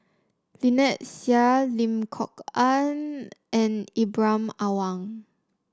Lynnette Seah Lim Kok Ann and Ibrahim Awang